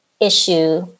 issue